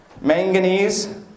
manganese